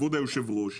כבוד היושב-ראש,